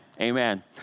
amen